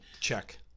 Check